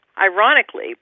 Ironically